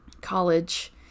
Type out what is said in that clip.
college